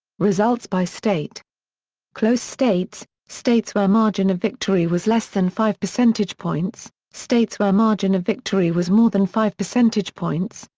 results by state close states states where margin of victory was less than five percentage points states where margin of victory was more than five percentage points,